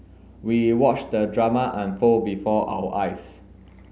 we watched the drama unfold before our eyes